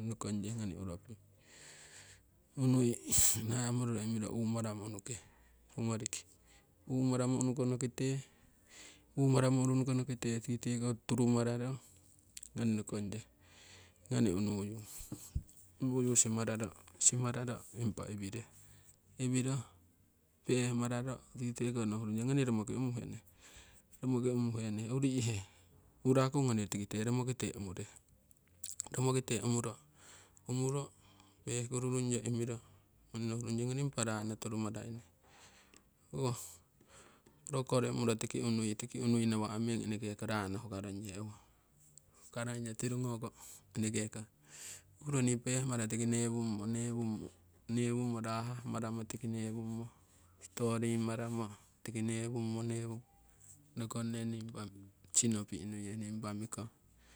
nokongye ngoni uropi unui namoruro imiro umaramo unuke tuu goriki umaramo unukono kite tiko turumararo ngoni nokongye ngoni unuyu. Unuyu simararo impa iwire iwiro peh mararo tiki teko nohu rungye ngoni romoki umuhene, romoki umuhene uri'he uraku ngoni tiki te romokite umure romokite umuro umuro peh kurungyo imiro nohu rungye ngoni impa rano turu maraine block kori umuro tiki unui tiki unui nawa' meng eneke ko rano huka rongye owo. Huka rongyo tirugoko eneke ko uhuro nii pehmaro tiki newummo, newummo rah maramo tiki newummo story maramo tiki newummo newummo nokonne nii impa sinopi'ne nii impa mikong.